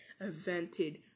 invented